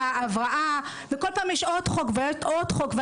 והבראה; בכל פעם עובר עוד חוק ועוד חוק.